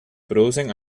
producen